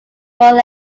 rural